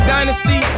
Dynasty